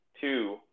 two